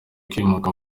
kwimuka